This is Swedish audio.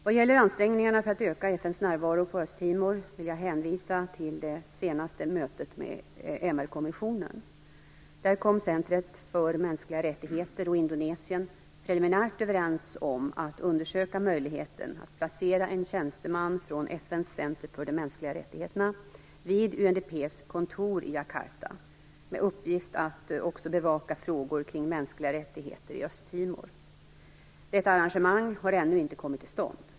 Vad gäller ansträngningarna för att öka FN:s närvaro på Östtimor vill jag hänvisa till det senaste mötet med MR-kommissionen. Där kom Centret för mänskliga rättigheter och Indonesien preliminärt överens om att undersöka möjligheten att placera en tjänsteman från FN:s center för mänskliga rättigheter vid UNDP:s kontor i Jakarta med uppgift att också bevaka frågor kring mänskliga rättigheter i Östtimor. Detta arrangemang har ännu inte kommit till stånd.